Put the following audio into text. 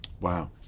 Wow